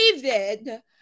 David